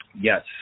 yes